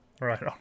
Right